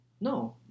No